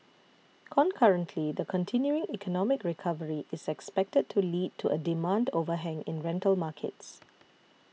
concurrently the continuing economic recovery is expected to lead to a demand overhang in rental markets